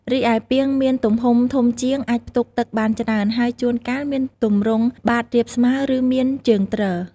រីឯ ពាង មានទំហំធំជាង អាចផ្ទុកទឹកបានច្រើន ហើយជួនកាលមានទម្រង់បាតរាបស្មើ ឬមានជើងទ្រ។